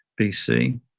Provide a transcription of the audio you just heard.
BC